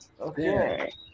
Okay